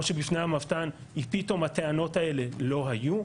או שבפני המבת"ן, כי פתאום הטענות האלה לא היו.